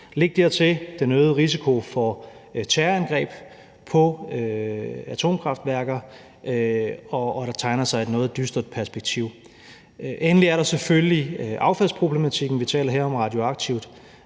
Læg dertil den øgede risiko for terrorangreb på atomkraftværker, og der tegner sig et noget dystert perspektiv. Endelig er der selvfølgelig affaldsproblematikken. Vi taler her om radioaktivt